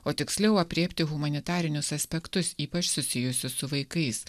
o tiksliau aprėpti humanitarinius aspektus ypač susijusius su vaikais